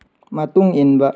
ꯃꯇꯨꯡ ꯏꯟꯕ